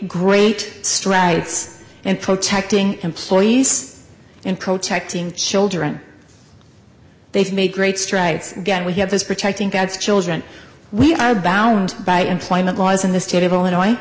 great strides and protecting employees and culture acting children they've made great strides again we have this protecting god's children we are bound by employment laws in the state of illinois